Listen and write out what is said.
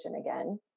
again